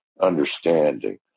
understanding